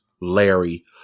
Larry